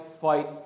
fight